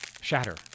shatter